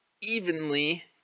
evenly